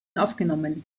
aufgenommen